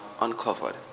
uncovered